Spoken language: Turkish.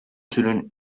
türün